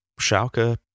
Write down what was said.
Schalke